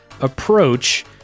approach